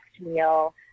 meal